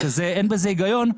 שאין בזה היגיון.